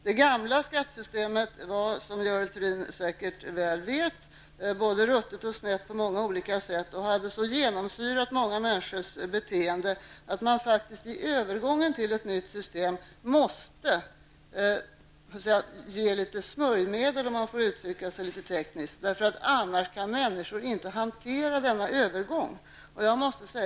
Det gamla skattesystemet var, som Görel Thurdin säkert väl vet, både ruttet och snett på många olika sätt och hade genomsyrat många människors beteende så mycket att man i övergången till ett nytt system faktiskt måste ge litet smörjmedel, om jag får uttrycka mig litet tekniskt. Annars kan människor inte hantera denna övergång.